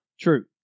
True